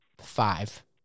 five